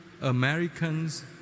Americans